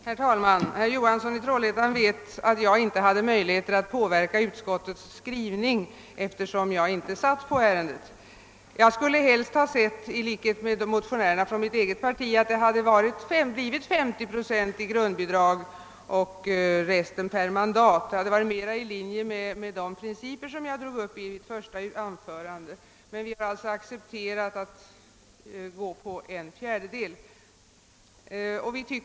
Herr talman! Herr Johansson i Trollhättan vet att jag inte hade möjlighet att påverka utskottets skrivning, eftersom jag inte deltog i behandlingen av ärendet. Helst skulle jag i likhet med motionärerna från mitt eget parti ha sett ait det blivit ett 50-procentigt grundbidrag och ett resten av bidraget beräknats per mandat. Detta hade bättre överensstämt med de principer jag talade om i mitt första anförande. Men vi har alltså accepterat en fjärdedels grundstöd.